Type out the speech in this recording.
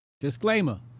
disclaimer